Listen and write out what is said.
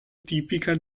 tipica